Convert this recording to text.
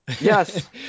Yes